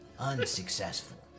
Unsuccessful